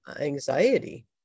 anxiety